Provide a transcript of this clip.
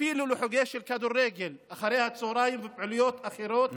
אפילו לחוגים של כדורגל אחרי הצוהריים ופעילויות אחרות,